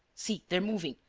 see, they're moving.